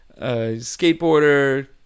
skateboarder